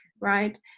right